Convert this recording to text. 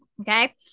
Okay